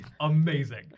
Amazing